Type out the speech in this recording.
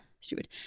Stupid